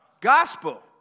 gospel